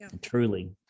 truly